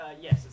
yes